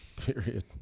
Period